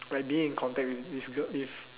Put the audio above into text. like being in contact with this girl this